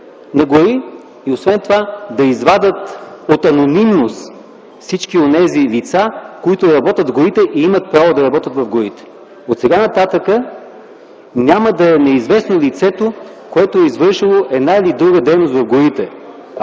са равнопоставени и да извадят от анонимност лицата, които работят в горите и имат право да работят в горите. Отсега нататък няма да е неизвестно лицето, което е извършило една или друга дейност в горите.